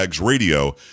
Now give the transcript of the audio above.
Radio